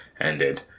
ended